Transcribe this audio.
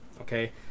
Okay